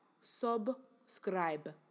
Subscribe